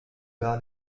gar